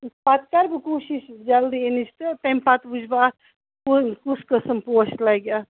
پَتہٕ کَرٕ بہٕ کوٗشِش جلدی یِنِچ تہٕ تَمہِ پَتہٕ وُچھٕ بہٕ اَتھ کُس کُس قٕسٕم پوش لَگہِ اَتھ